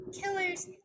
Killers